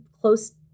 close